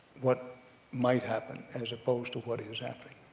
what might happen as opposed to what is happening.